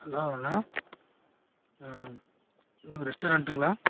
hello அண்ணா அண்ணா ரெஸ்டாரண்ட்டுங்களா